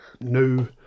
new